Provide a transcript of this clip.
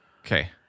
Okay